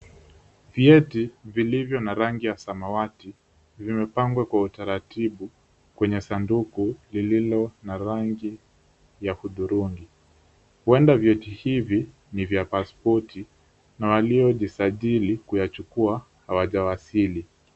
Vyeti vilivyo na rangi ya samawati vimepangwa kwa utaratibu kwenye sanduku lililo na rangi ya hudhurungi, huenda vyeti hivi ni vya pasipoti na waliojisajili kuyachukua hawajawasili.